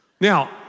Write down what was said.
Now